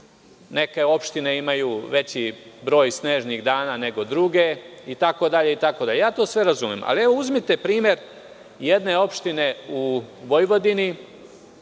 Neke opštine imaju veći broj snežnih dana nego druge, itd, itd. To sve razumem, ali, uzmite primer jedne opštine u Vojvodini,